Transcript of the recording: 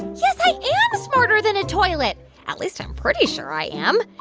yes, i smarter than a toilet at least i'm pretty sure i am.